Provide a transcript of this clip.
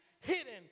Hidden